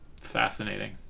fascinating